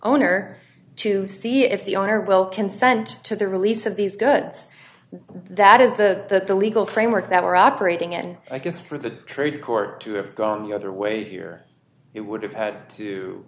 owner to see if the owner will consent to the release of these goods that is the that the legal framework that we're operating in i guess for the trade court to have gone the other way here it would have had to